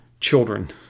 children